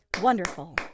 Wonderful